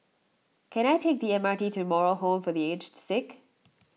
can I take the M R T to Moral Home for the Aged Sick